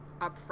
upfront